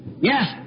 yes